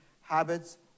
habits